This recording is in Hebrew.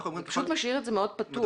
זה פשוט משאיר את זה מאוד פתוח.